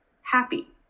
happy